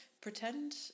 Pretend